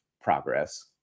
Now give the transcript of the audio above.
progress